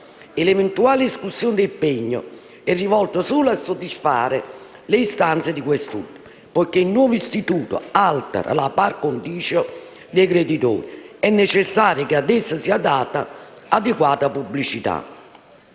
l'eventuale escussione del pegno è rivolta solo a soddisfare le istanze di quest'ultimo. Poiché il nuovo istituto altera la *par condicio* dei creditori, è necessario che ad esso sia data adeguata pubblicità.